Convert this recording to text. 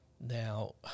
Now